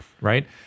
right